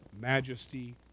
majesty